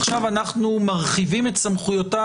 עכשיו אנחנו מרחיבים את סמכויותיו